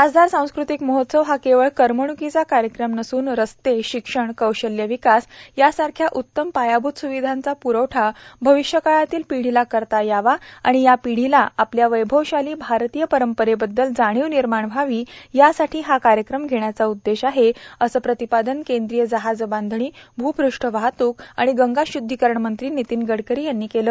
खासदार सांस्कृतिक महोत्सव हा केवळ करमण्कीचा कार्यक्रम नस्न रस्ते शिक्षण कौशल्य विकास यासारख्या उत्तम पायाभ्त स्विधांचा प्रवठा भविष्यकाळातील पिढीला करता यावा आणि या पिढीला आपल्या वैभवशाली भारतीय परंपरेबद्दल जाणीव निर्माण व्हावी यासाठी हा कार्यक्रम घेण्याचा उद्देश आहे असं प्रतिपादन केंद्रीय जहाजबांधणी भ् पृष्ठ वाहतूक आणि गंगा शुद्धीकरण मंत्री नितीन गडकरी यांनी केलं